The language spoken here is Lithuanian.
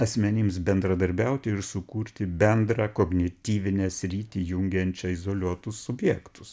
asmenims bendradarbiauti ir sukurti bendrą kognityvinę sritį jungiančią izoliuotus subjektus